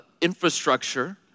infrastructure